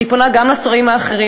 אני פונה גם לשרים האחרים,